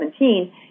2017